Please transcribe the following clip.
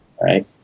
right